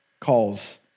calls